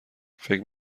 فکر